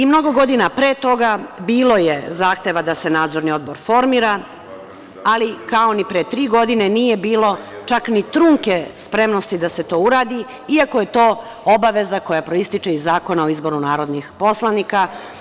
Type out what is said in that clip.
Mnogo godina pre toga bilo je zahteva da se Nadzorni odbor formira, ali kao ni pre tri godine nije bilo čak ni trunke spremnosti da se to uradi iako je to obaveza koja proističe iz Zakona o izboru narodnih poslanika.